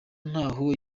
ntaho